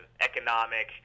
economic